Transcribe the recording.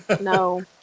no